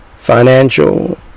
financial